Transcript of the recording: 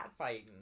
catfighting